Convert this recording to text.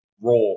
raw